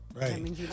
Right